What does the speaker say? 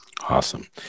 Awesome